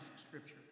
scripture